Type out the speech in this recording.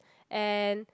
and